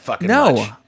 No